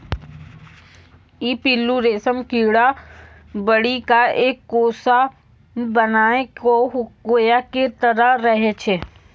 ई पिल्लू रेशम कीड़ा बढ़ी क एक कोसा बनाय कॅ कोया के तरह रहै छै